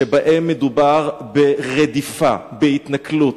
שבהם מדובר ברדיפה, בהתנכלות,